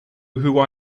who